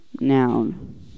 noun